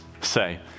say